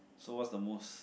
so what's the most